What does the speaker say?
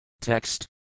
Text